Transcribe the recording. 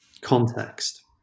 context